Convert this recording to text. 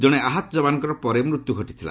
ଜଣେ ଆହତ ଯବାନ୍ଙ୍କର ପରେ ମୃତ୍ୟୁ ଘଟିଥିଲା